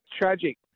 tragic